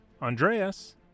Andreas